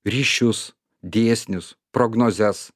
ryšius dėsnius prognozes